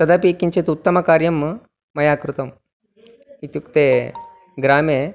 तदपि किञ्चित् उत्तमकार्यं मया कृतम् इत्युक्ते ग्रामे